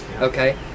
Okay